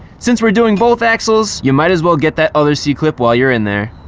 since we're doing both axles, you might as well get that other c-clip while you're in there.